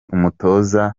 umutoza